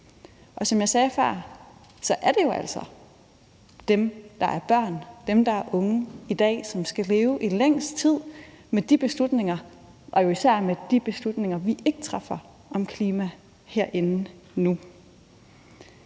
Og som jeg sagde før, er det jo altså dem, der er børn og unge i dag, som skal leve i længst tid med de beslutninger, vi træffer, og især med de beslutninger, vi ikke træffer om klima herinde nu.